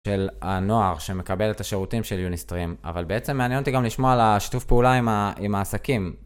של הנוער שמקבל את השירותים של יוניסטרים, אבל בעצם מעניין אותי גם לשמוע על השיתוף פעולה עם העסקים.